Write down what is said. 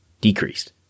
decreased